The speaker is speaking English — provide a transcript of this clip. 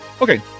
Okay